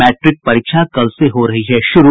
matric परीक्षा कल से हो रही है शुरू